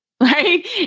right